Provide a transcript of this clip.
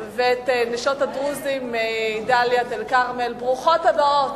ואת נשות הדרוזים מדאלית-אל-כרמל, ברוכות הבאות.